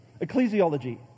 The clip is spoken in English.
Ecclesiology